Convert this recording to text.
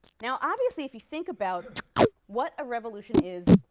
now obviously if you think about what a revolution is,